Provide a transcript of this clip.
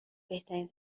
بهترین